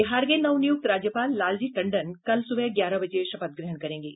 बिहार के नवनियुक्त राज्यपाल लालजी टंडन कल सुबह ग्यारह बजे शपथ ग्रहण करेंगे